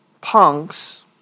punks